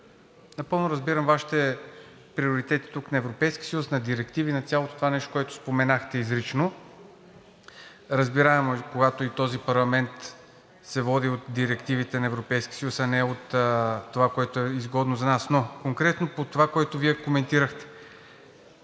напълно разбирам Вашите приоритети тук на Европейския съюз, на директиви, на цялото това нещо, което споменахте изрично, разбираемо е и когато този парламент се води от директивите на Европейския съюз, а не от това, което е изгодно за нас. Но конкретно по това, което Вие коментирахте.